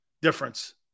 difference